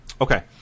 Okay